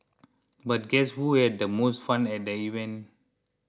but guess who had the most fun at the event